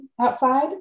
outside